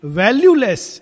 valueless